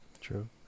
true